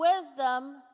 wisdom